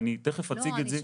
אני תכף אציג את זה.